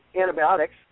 antibiotics